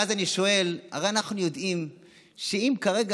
ואז אני שואל: הרי אנחנו יודעים שאם כרגע